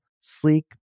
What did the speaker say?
sleek